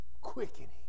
quickening